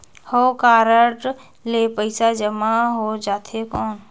हव कारड ले पइसा जमा हो जाथे कौन?